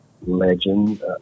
legend